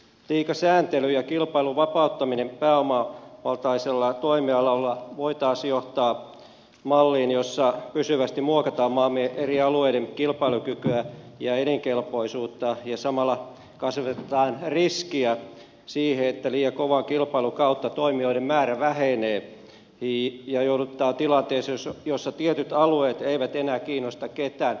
liika sääntely ja kilpailun vapauttaminen pääomavaltaisella toimialalla voi taas johtaa malliin jossa pysyvästi muokataan maamme eri alueiden kilpailukykyä ja elinkelpoisuutta ja samalla kasvatetaan riskiä siihen että liian kovan kilpailun kautta toimijoiden määrä vähenee ja joudutaan tilanteeseen jossa tietyt alueet eivät enää kiinnosta ketään